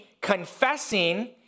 confessing